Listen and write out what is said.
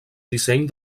disseny